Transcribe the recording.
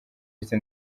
yise